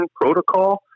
protocol